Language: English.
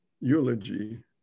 eulogy